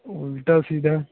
उल्टा सीधा